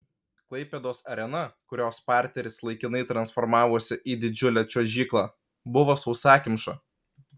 klaipėdos arena kurios parteris laikinai transformavosi į didžiulę čiuožyklą buvo sausakimša